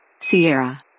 Sierra